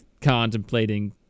contemplating